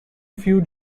few